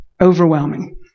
overwhelming